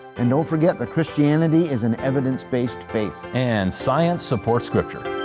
and don't forget that christianity is an evidence-based faith. and science supports scripture.